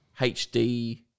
HD